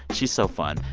she's so fun.